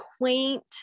Quaint